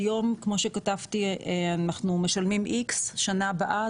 כיום כמו שכתבתי היום אנחנו משלמים X בשנה הבאה